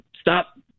stop